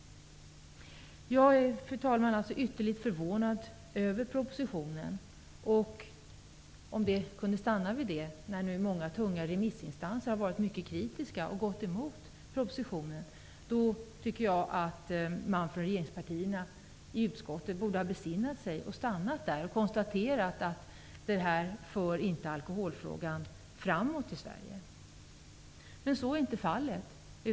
Fru talman! Jag är ytterligt förvånad över propositionens innehåll. Många tunga remissinstanser har varit mycket kritiska och gått emot propositionen. Jag tycker att regeringspartiernas representanter i utskottet borde ha besinnat sig, stannat upp och konstaterat att förslaget inte för alkoholfrågan framåt i Sverige. Så är inte fallet.